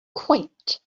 quaint